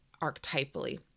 archetypally